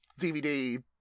DVD